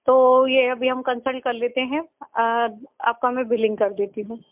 तो अभी ये हम कंसल्ट कर लेते हैं आपका मैं बिलिंग कर देती हूँ